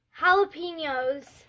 jalapenos